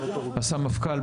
הסמפכ"ל,